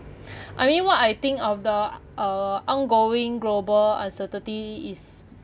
I mean what I think of the uh ongoing global uncertainty is